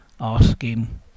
asking